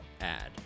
add